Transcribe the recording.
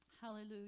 Hallelujah